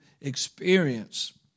experience